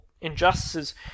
injustices